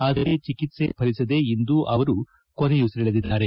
ಆದರೆ ಚಿಕಿತ್ಸೆ ಫಲಿಸದೆ ಇಂದು ಅವರು ಕೊನೆಯುಸಿರೆಳೆದಿದ್ದಾರೆ